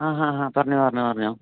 ആഹാഹാ പറഞ്ഞോ പറഞ്ഞോ പറഞ്ഞോ